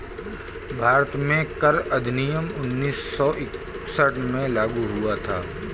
भारत में कर अधिनियम उन्नीस सौ इकसठ में लागू हुआ था